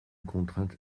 contrainte